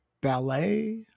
ballet